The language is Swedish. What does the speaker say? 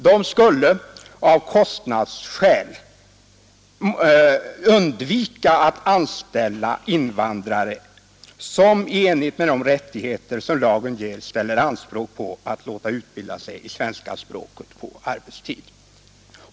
Dessa skulle alltså av kostnadsskäl undvika att anställa invandrare, som i enlighet med de rättigheter lagen ger ställer anspråk på att få utbilda sig i svenska språket på arbetstid.